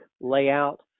layout